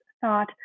thought